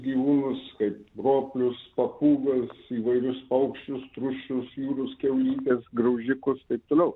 gyvūnus kaip roplius papūga įvairius paukščius trušius jūros kiaulytes graužikus taip toliau